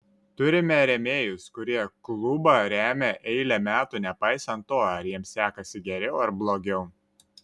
turime rėmėjus kurie klubą remia eilę metų nepaisant to ar jiems sekasi geriau ar blogiau